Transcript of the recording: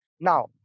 Now